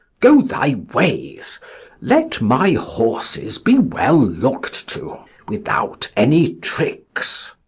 go thy ways let my horses be well look'd to, without any tricks.